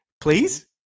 Please